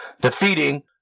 defeating